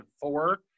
four